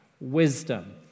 wisdom